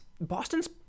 Boston's